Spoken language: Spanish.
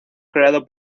creado